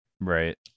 Right